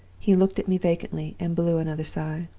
he looked at me vacantly, and blew another sigh.